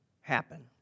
happen